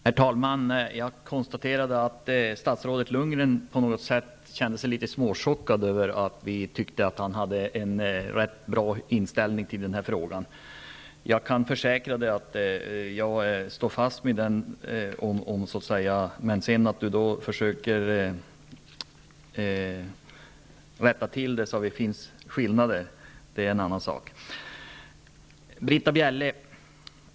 Herr talman! Jag konstaterade att statsrådet Lundgren kände sig litet småchockad över att vi tyckte att han hade en ganska bra inställning till den här frågan. Jag kan försäkra statsrådet att jag står fast vid det. Men att han sedan försöker rätta till det så att det finns skillnader, är en annan sak.